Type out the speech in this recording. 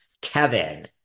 Kevin